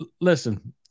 listen